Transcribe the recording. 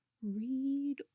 read